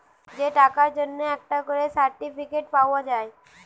যে টাকার জন্যে একটা করে সার্টিফিকেট পাওয়া যায়